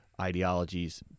Ideologies